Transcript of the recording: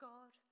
God